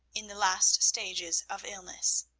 in the last stages of illness.